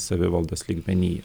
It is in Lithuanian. savivaldos lygmeny